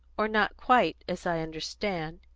or not quite, as i understand.